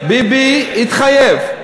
ביבי התחייב.